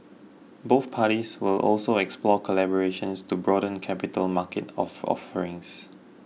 both parties will also explore collaborations to broaden capital market of offerings